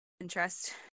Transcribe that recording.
interest